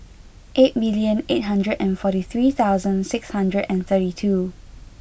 eight million eight hundred and forty three thousand six hundred and thirty two